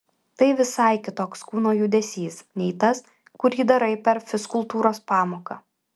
tai visai kitoks kūno judesys nei tas kurį darai per fizkultūros pamoką